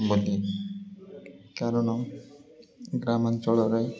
ବୋଲି କାରଣ ଗ୍ରାମାଞ୍ଚଳରେ